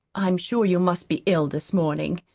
i'm sure you must be ill this morning.